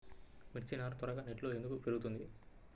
మిర్చి నారు త్వరగా నెట్లో ఎందుకు పెరుగుతుంది?